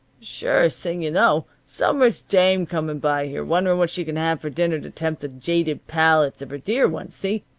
surest thing you know. some rich dame coming by here, wondering what she can have for dinner to tempt the jaded palates of her dear ones, see?